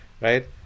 right